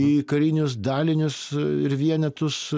į karinius dalinius ir vienetus